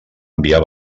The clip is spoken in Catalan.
enviar